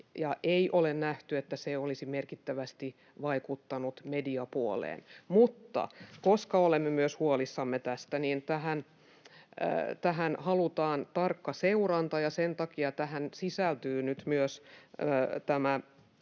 Ei ole nähty, että se olisi merkittävästi vaikuttanut mediapuoleen, mutta koska olemme myös huolissamme tästä, niin tähän halutaan tarkka seuranta. Sen takia tähän sisältyy nyt myös tämä